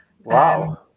Wow